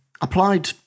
applied